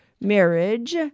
marriage